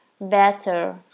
better